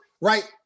right